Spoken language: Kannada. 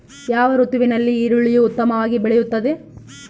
ಯಾವ ಋತುವಿನಲ್ಲಿ ಈರುಳ್ಳಿಯು ಉತ್ತಮವಾಗಿ ಬೆಳೆಯುತ್ತದೆ?